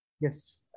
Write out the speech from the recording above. Yes